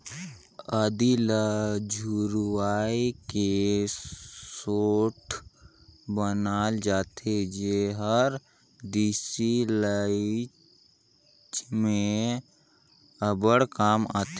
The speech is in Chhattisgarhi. आदी ल झुरवाए के सोंठ बनाल जाथे जेहर देसी इलाज में अब्बड़ काम आथे